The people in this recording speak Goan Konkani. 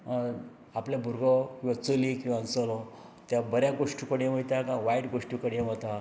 आपलो भुरगो चली किंवा चलो ते बऱ्या गोश्टी कडेन वयता काय वायट गोश्टी कडेन वता